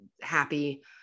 happy